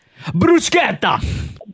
Bruschetta